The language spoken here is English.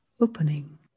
opening